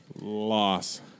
Loss